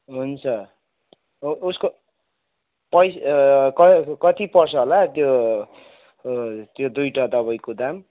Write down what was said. हुन्छ उसको कति पर्छ होला त्यो त्यो दुइटा दवाईको दाम